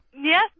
Yes